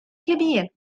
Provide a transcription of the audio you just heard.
كبير